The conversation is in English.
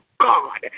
God